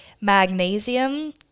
magnesium